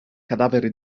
cadavere